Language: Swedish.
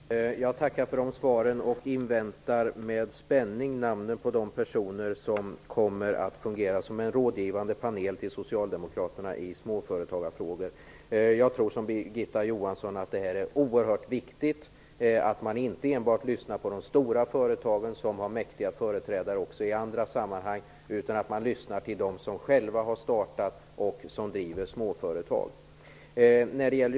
Herr talman! Jag tackar för de svaren och inväntar med spänning namnen på de personer som kommer att fungera som en rådgivande panel för socialdemokraterna i småföretagarfrågor. Jag tror som Birgitta Johansson att det är oerhört viktigt att man inte enbart lyssnar på de stora företagen, som har mäktiga företrädare också i andra sammanhang, utan också på dem som själva har startat och driver småföretag.